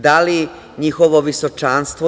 Da li njihovo visočanstvo?